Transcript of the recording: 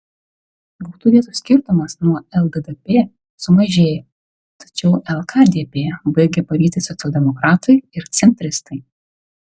gautų vietų skirtumas nuo lddp sumažėjo tačiau lkdp baigia pavyti socialdemokratai ir centristai